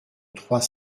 trois